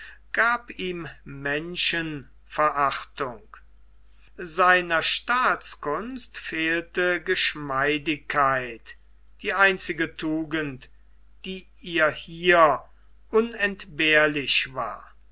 gab ihm menschenverachtung seiner staatskunst fehlte geschmeidigkeit die einzige tugend die ihr hier unentbehrlich war